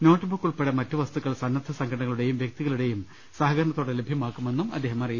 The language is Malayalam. നോട്ട് ബുക്ക് ഉൾപ്പെടെ മറ്റ് വസ്തുക്കൾ സന്നദ്ധ സംഘടനകളുടെയും വൃക്തികളുടെയും സഹകരണത്തോടെ ലഭ്യമാക്കുമെന്നും അദ്ദേഹം പറഞ്ഞു